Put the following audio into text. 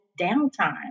downtime